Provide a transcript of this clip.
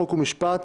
חוק ומשפט,